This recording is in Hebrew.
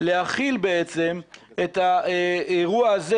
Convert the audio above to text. להכיל את האירוע הזה,